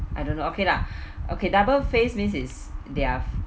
I don't know okay lah okay double face means is their